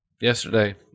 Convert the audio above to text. Yesterday